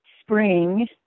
spring